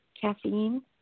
Caffeine